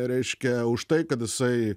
reiškia už tai kad jisai